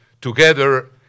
together